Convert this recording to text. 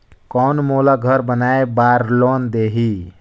कौन मोला घर बनाय बार लोन देही?